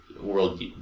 world